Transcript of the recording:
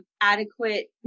adequate